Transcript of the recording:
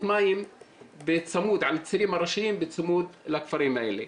מים על הצירים הראשיים בצמוד לכפרים האלה.